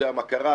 יודע מה קרה,